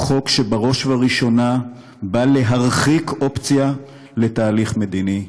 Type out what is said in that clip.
הוא חוק שבראש ובראשונה נועד להרחיק אופציה לתהליך מדיני,